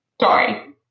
Sorry